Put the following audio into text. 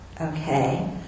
Okay